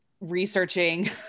researching